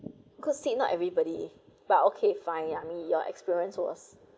could sit not everybody but okay fine yummy your experience was